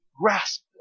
grasp